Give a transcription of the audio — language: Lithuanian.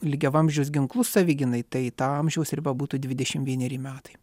lygiavamzdžius ginklus savigynai tai ta amžiaus riba būtų dvidešim vieneri metai